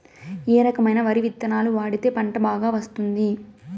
ఏ రకమైన వరి విత్తనాలు వాడితే పంట బాగా వస్తుంది?